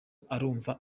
urumva